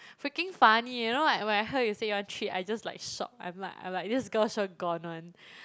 freaking funny eh you know what when I when I heard you said you want treat I just like shock I'm like I'm like this girl sure gone [one]